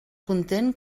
content